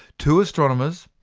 two astronomers,